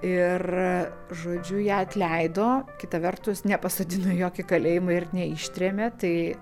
ir žodžiu ją atleido kita vertus nepasodino į jokį kalėjimą ir neištrėmė tai